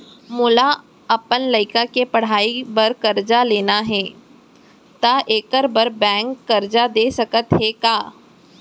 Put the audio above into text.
मोला अपन लइका के पढ़ई बर करजा लेना हे, त एखर बार बैंक करजा दे सकत हे का?